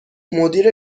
مدیر